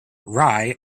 rai